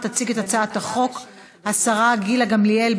תציג את הצעת החוק השרה גילה גמליאל,